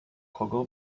kogo